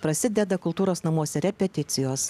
prasideda kultūros namuose repeticijos